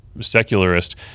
secularist